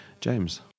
james